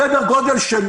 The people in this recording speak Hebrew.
אם